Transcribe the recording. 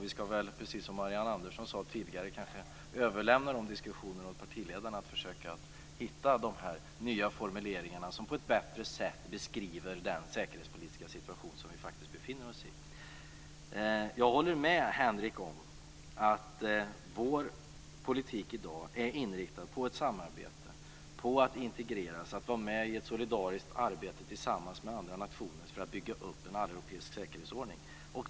Vi ska väl, precis som Marianne Andersson sade tidigare, kanske överlämna de diskussionerna åt partiledarna, överlämna åt dem att försöka hitta de nya formuleringar som på ett bättre sätt beskriver den säkerhetspolitiska situation som vi faktiskt befinner oss i. Jag håller med Henrik om att vår politik i dag är inriktad på ett samarbete, på en integration, på att vara med i ett solidariskt arbete tillsammans med andra nationer för att bygga upp en alleuropeisk säkerhetsordning.